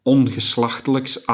ongeslachtelijks